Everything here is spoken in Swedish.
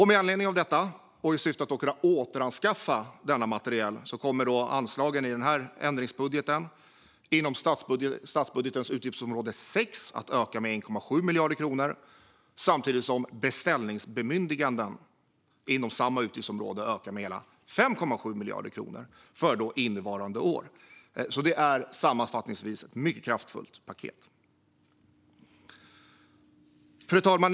Med anledning av detta, och i syfte att kunna återanskaffa materielen, kommer anslagen i den här ändringsbudgeten inom statsbudgetens utgiftsområde 6 att öka med 1,7 miljarder kronor samtidigt som beställningsbemyndiganden inom samma utgiftsområde ökar med hela 5,7 miljarder kronor för innevarande år. Det är sammanfattningsvis ett mycket kraftfullt paket. Fru talman!